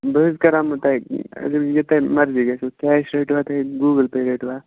بہٕ حظ کَرہاو تۄہہِ اگر یہِ تۄہہِ مَرضی گژھِو کیش رٔٹِوا تُہۍ گوٗگٕل پے رٔٹِوا